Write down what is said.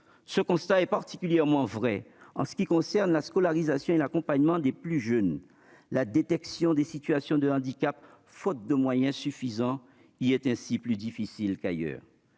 Ce constat est particulièrement vrai en ce qui concerne la scolarisation et l'accompagnement des plus jeunes. La détection des situations de handicap, faute de moyens suffisants, y est ainsi plus difficile qu'ailleurs.